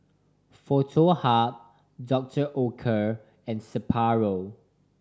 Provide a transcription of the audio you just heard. Foto Hub Dr Oetker and Sapporo